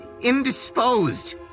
indisposed